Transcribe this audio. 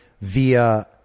via